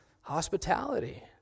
hospitality